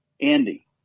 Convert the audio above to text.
Andy